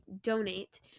donate